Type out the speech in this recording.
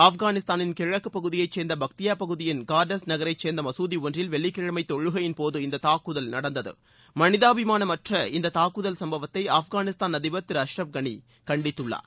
ஆப்கானிஸ்தானின் கிழக்குப்பகுதியைச் சேர்ந்த பக்தியா பகுதியின் கார்டஸ் நகரைச் சேர்ந்த மசூதி ஒன்றில் வெள்ளிக்கிழமை தொழுகையின் போது இந்த தாக்குதல் நடந்தது மனிதாபிமானமற்ற இந்த தாக்குதல் சுப்பவத்தை ஆப்கானிஸ்தான் அதிபர் திரு அஸ்ரப் கனி கண்டித்துள்ளார்